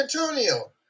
antonio